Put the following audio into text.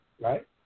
right